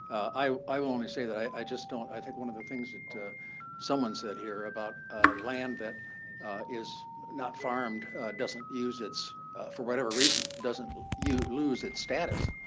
i i will only say that i just don't i think one of the things that someone said here about land that is not farmed doesn't use its for whatever reason, doesn't lose its status.